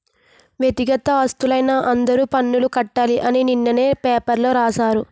వ్యక్తిగత ఆస్తులైన అందరూ పన్నులు కట్టాలి అని నిన్ననే పేపర్లో రాశారు